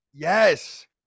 yes